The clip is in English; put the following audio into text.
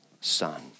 son